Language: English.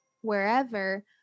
wherever